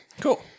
Cool